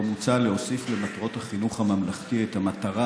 שבו מוצע להוסיף למטרות החינוך הממלכתי את המטרה